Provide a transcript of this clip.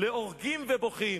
ל"הורגים ובוכים".